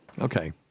okay